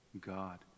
God